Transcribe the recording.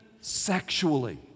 sexually